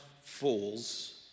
falls